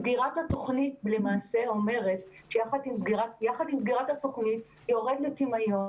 סגירת התוכנית למעשה אומרת שיורד לטמיון